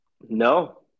No